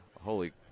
holy